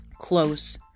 close